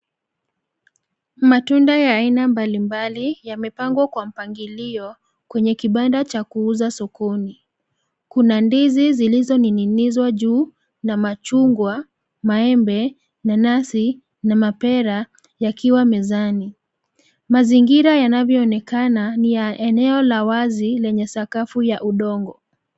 Matunda ya aina mbalimbali yamepangwa kwa mpangilio kwenye kibanda cha kuuza sokoni. Kuna ndizi zilizo ning'inizwa juu, na machungwa, maembe, nanasi na mapera yakiwa mezani. Mazingira yanavyoonekana ni ya eneo la wazi lenye sakafu ya udongo.